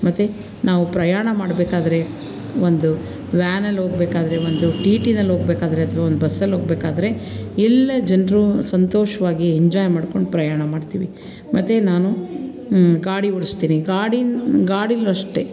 ಮತ್ತು ನಾವು ಪ್ರಯಾಣ ಮಾಡಬೇಕಾದ್ರೆ ಒಂದು ವ್ಯಾನಲ್ಲಿ ಹೋಗ್ಬೇಕಾದ್ರೆ ಒಂದು ಟಿ ಟಿನಲ್ಲಿ ಹೋಗ್ಬೇಕಾದ್ರೆ ಅಥ್ವಾ ಒಂದು ಬಸ್ಸಲ್ಲಿ ಹೋಗ್ಬೇಕಾದ್ರೆ ಎಲ್ಲ ಜನ್ರೂ ಸಂತೋಷವಾಗಿ ಎಂಜಾಯ್ ಮಾಡಿಕೊಂಡು ಪ್ರಯಾಣ ಮಾಡ್ತೀವಿ ಮತ್ತು ನಾನು ಗಾಡಿ ಓಡಿಸ್ತೀನಿ ಗಾಡಿನ ಗಾಡಿಯಲ್ಲು ಅಷ್ಟೆ